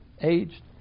aged